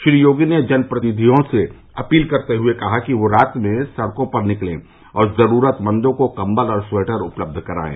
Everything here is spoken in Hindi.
श्री योगी ने जन प्रतिनिधियों से अपील करते हये कहा कि वह रात में सड़कों पर निकलें और जरूरतमंदों को कम्बल और स्वेटर उपलब्ध करायें